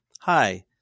Hi